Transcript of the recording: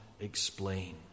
explain